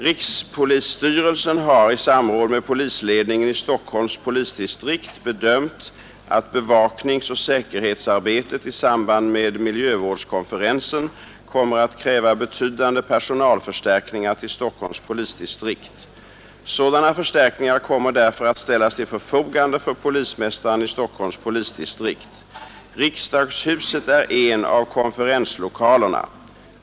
Rikspolisstyrelsen har i samråd med polisledningen i Stockholms polisdistrikt bedömt att bevakningsoch säkerhetsarbetet i samband med miljövårdskonferensen kommer att kräva betydande personalförstärkningar till Stockholms polisdistrikt. Sådana förstärkningar kommer därför att ställas till förfogande för polismästaren i Stockholms polisdistrikt. Riksdagshuset är en av konferenslokalerna.